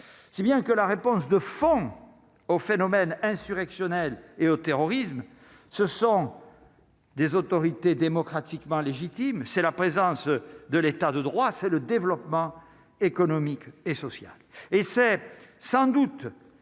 si bien que la réponse de fond au phénomène insurrectionnel et au terrorisme, ce sont des autorités démocratiquement légitime, c'est la présence de l'État de droit, c'est le développement économique et social,